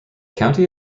county